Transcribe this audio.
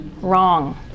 Wrong